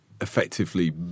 effectively